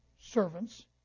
servants